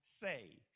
say